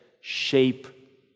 shape